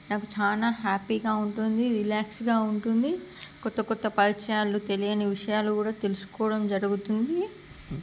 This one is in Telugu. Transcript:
నాకు చాలా హ్యాపీగా ఉంటుంది రిలాక్స్గా ఉంటుంది కొత్త కొత్త పరిచయాలు తెలియని విషయాలు కూడా తెలుసుకోవడం జరుగుతుంది